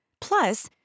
Plus